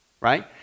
right